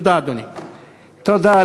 אדוני, תודה.